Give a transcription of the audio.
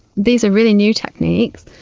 these are really new techniques.